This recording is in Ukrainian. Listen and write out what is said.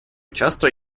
часто